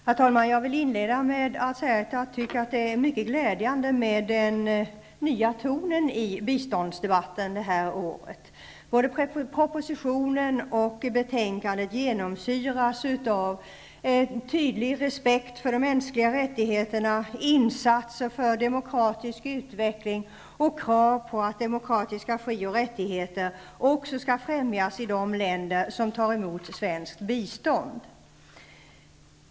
Herr talman! Jag vill inleda med att säga att jag tycker att det är mycket glädjande med den nya tonen i biståndsdebatten det här året. Både propositionen och betänkandet genomsyras av tydlig respekt för de mänskliga rättigheterna, insatser för demokratisk utveckling och krav på att demokratiska fri och rättigheter också skall främjas i de länder som tar emot svenskt bistånd.